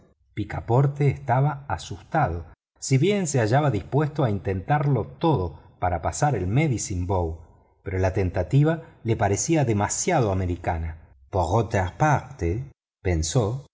picaporte estaba asustado si bien se hallaba dispuesto a intentarlo toda para pasar el medicine creek pero la tentativa le parecía demasiado americana por otra parte pensó